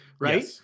right